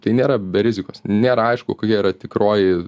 tai nėra be rizikos nėra aišku kokia yra tikroji